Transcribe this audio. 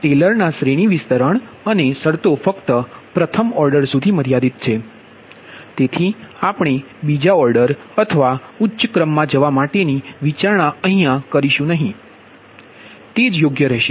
પરંતુ ટેલરના શ્રેણી વિસ્તરણ અને શરતો ફક્ત પ્રથમ ઓર્ડર સુધી મર્યાદિત છે તેથી આપણે બીજા ઓર્ડર અથવા ઉચ્ચ ક્રમમાં જવા માટેની વિચારણા કરીશું નહીં તે યોગ્ય રહેશે